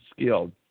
skilled